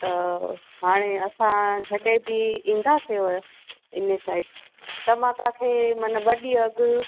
त हाणे असां जॾहिं बि ईंदासीं उहो इन साइड त मां तव्हांखे मना ॿ ॾींहुं अॻु